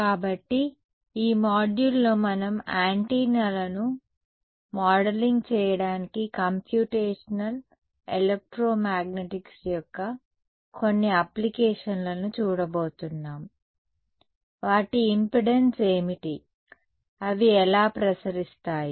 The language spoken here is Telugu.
కాబట్టి ఈ మాడ్యూల్లో మనం యాంటెన్నాలను మోడలింగ్ చేయడానికి కంప్యూటేషనల్ ఎలక్ట్రోమాగ్నెటిక్స్ యొక్క కొన్ని అప్లికేషన్లను చూడబోతున్నాం వాటి ఇంపెడెన్స్ ఏమిటి అవి ఎలా ప్రసరిస్తాయి